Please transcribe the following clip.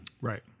Right